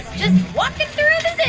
just walking through the